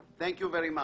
(נושא דברים באנגלית)